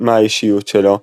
מהאישיות שלו,